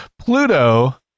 Pluto